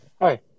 Hi